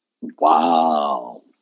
Wow